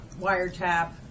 wiretap